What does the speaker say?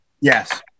Yes